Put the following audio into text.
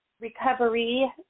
recovery